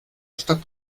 stadt